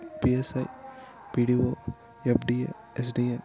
P S I P D O F D A S D A